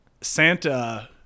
Santa